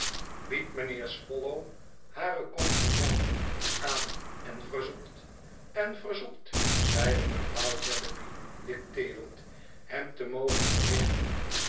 biedt mijnheer swallow hare complimenten aan en verzoekt en verzoekt zeide mevrouw jellyby dicteerend hem te mogen berichten